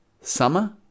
summer